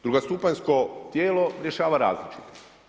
Drugostupanjsko tijelo rješava različito.